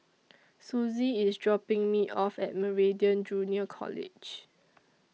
Suzy IS dropping Me off At Meridian Junior College